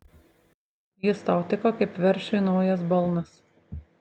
jis tau tiko kaip veršiui naujas balnas